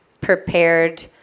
prepared